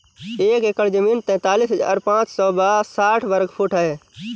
एक एकड़ जमीन तैंतालीस हजार पांच सौ साठ वर्ग फुट है